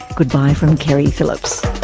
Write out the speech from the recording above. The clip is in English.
goodbye from keri phillips